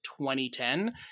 2010